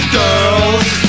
girls